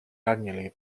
annually